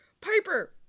Piper